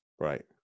Right